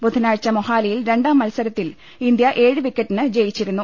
ബുധനാഴ്ച മൊഹാലിയിൽ രണ്ടാം മത്സരത്തിൽ ഇന്ത്യ ഏഴ് വിക്കറ്റിന് ജയിച്ചിരുന്നു